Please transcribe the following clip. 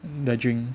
the drink